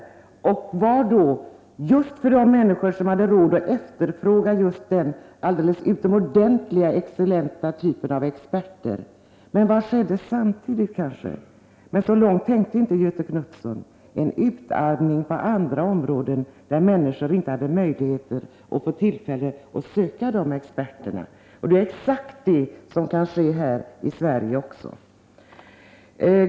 Sjukhuset var till för just de människor som hade råd att efterfråga denna alldeles utomordentligt excellenta typen av experter.. Men vad skedde samtidigt? Så långt tänkte inte Göthe Knutson. Det skedde kanske en utarmning på andra områden där människor inte hade möjligheter att söka dessa experter. Det är exakt det som kan ske även i Sverige.